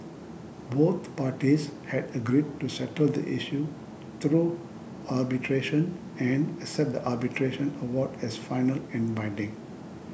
both parties had agreed to settle the issue through arbitration and accept the arbitration award as final and binding